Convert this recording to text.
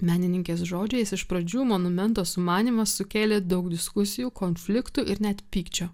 menininkės žodžiais iš pradžių monumento sumanymas sukėlė daug diskusijų konfliktų ir net pykčio